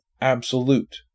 absolute